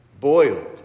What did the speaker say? boiled